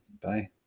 bye